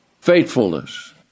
faithfulness